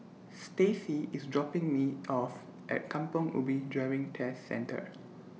Staci IS dropping Me off At Kampong Ubi Driving Test Centre